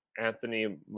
Anthony